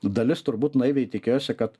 dalis turbūt naiviai tikėjosi kad